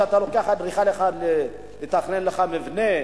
כשאתה לוקח אדריכל אחד לתכנן לך מבנה,